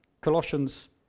Colossians